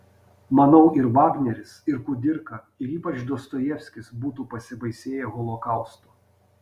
manau ir vagneris ir kudirka ir ypač dostojevskis būtų pasibaisėję holokaustu